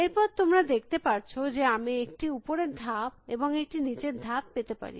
এর পর তোমরা দেখতে পারছ যে আমি একটি উপরের ধাপ এবং একটি নিচের ধাপ পেতে পারি